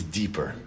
deeper